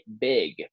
big